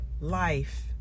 life